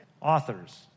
Authors